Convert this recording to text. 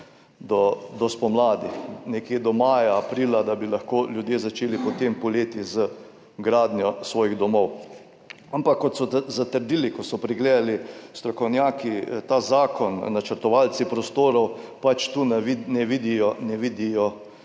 do spomladi, nekje do maja, aprila, da bi lahko ljudje začeli potem poleti z gradnjo svojih domov. Ampak kot so zatrdili, ko so pregledali strokovnjaki ta zakon, načrtovalci prostorov pač tu ne vidijo nekih